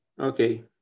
Okay